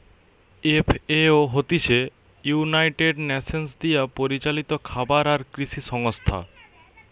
FAO হতিছে United Nations দিয়া পরিচালিত খাবার আর কৃষি সংস্থা